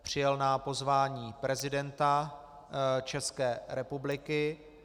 Přijel na pozvání prezidenta České republiky.